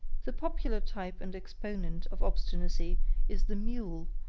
the popular type and exponent of obstinacy is the mule,